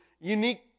unique